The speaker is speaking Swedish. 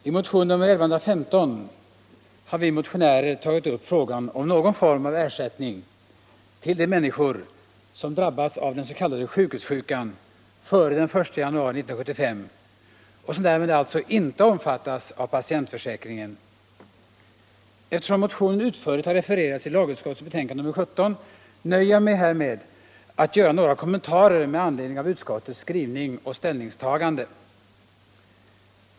Fru talman! I motion nr 1115 har vi motionärer tagit upp frågan om någon form av ersättning till de människor som drabbats av den s.k. sjukhussjukan före den 1 januari 1975 och som därmed alltså inte omfattas av patientförsäkringen. Eftersom motionen utförligt har refererats i lagutskottets betänkande nr 17 nöjer jag mig här med att göra några kommentarer med anledning av utskottets skrivning och ställningstagande.